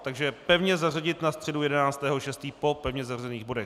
Takže pevně zařadit na středu 11. 6. po pevně zařazených bodech.